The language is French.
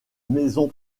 maison